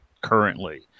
currently